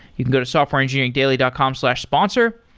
you can go to softwareengineeringdaily dot com slash sponsor,